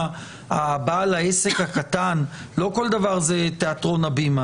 בעל העסק הקטן לא כל דבר זה תיאטרון הבימה,